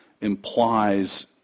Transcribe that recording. implies